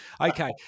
Okay